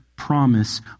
Promise